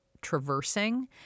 traversing